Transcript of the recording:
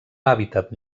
hàbitat